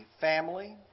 family